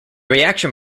reaction